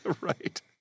Right